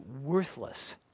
worthless